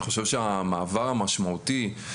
אני חושב שהמעבר המשמעותי,